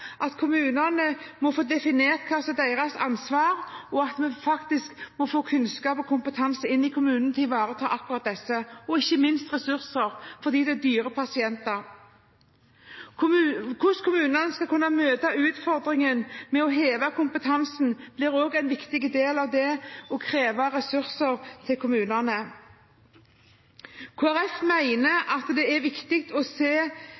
at kommunene må få definert hva som er deres ansvar, at vi faktisk må få kunnskap og kompetanse inn i kommunen til å ivareta akkurat disse, og ikke minst ressurser – fordi det er dyre pasienter. Hvordan kommunene skal kunne møte utfordringen med å heve kompetansen, blir også en viktig del av det å kreve ressurser til kommunene. Kristelig Folkeparti mener at det er viktig å se